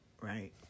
right